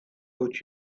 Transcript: but